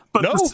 No